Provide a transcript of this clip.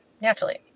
naturally